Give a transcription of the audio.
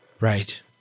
Right